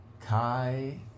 Kai